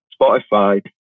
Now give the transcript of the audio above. Spotify